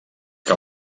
que